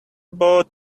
bought